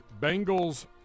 Bengals